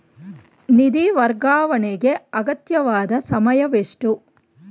ನಿಧಿ ವರ್ಗಾವಣೆಗೆ ಅಗತ್ಯವಾದ ಸಮಯವೆಷ್ಟು?